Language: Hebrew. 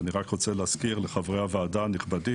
אני רק רוצה להזכיר לחברי הוועדה הנכבדים